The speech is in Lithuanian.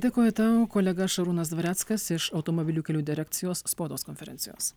dėkoju tau kolega šarūnas dvareckas iš automobilių kelių direkcijos spaudos konferencijos